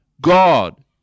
God